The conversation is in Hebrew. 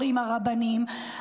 אומרים הרבנים,